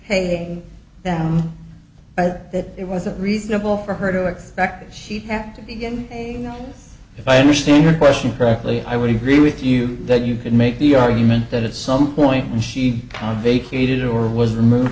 paying them but that it wasn't reasonable for her to expect she'd have to begin if i understand your question correctly i would agree with you that you could make the argument that at some point when she can't vacated or was removed